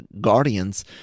guardians